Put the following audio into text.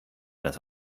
das